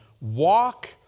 walk